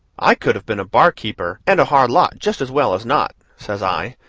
i could have been a barkeeper and a hard lot just as well as not, says i,